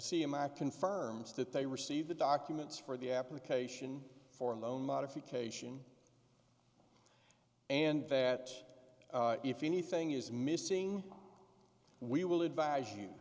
amount confirms that they received the documents for the application for a loan modification and that if anything is missing we will advise you